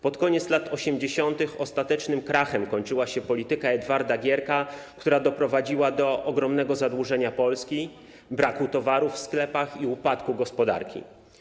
Pod koniec lat 80. ostatecznym krachem kończyła się polityka Edwarda Gierka, która doprowadziła do ogromnego zadłużenia Polski, braku towaru w sklepach i upadku gospodarki.